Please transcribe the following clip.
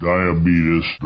Diabetes